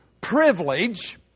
privilege